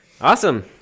awesome